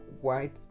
white